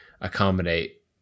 accommodate